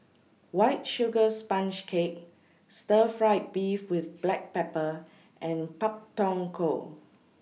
White Sugar Sponge Cake Stir Fried Beef with Black Pepper and Pak Thong Ko